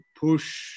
push